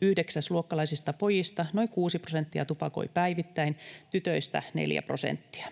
yhdeksäsluokkalaisista pojista noin 6 prosenttia tupakoi päivittäin, tytöistä 4 prosenttia.